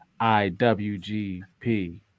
IWGP